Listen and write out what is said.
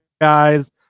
guys